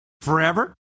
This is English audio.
forever